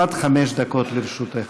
עד חמש דקות לרשותך.